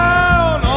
Down